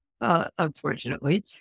unfortunately